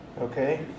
okay